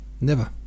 Never